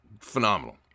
phenomenal